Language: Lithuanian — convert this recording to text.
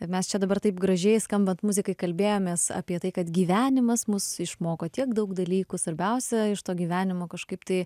mes čia dabar taip gražiai skambant muzikai kalbėjomės apie tai kad gyvenimas mus išmoko tiek daug dalykų svarbiausia iš to gyvenimo kažkaip tai